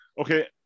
Okay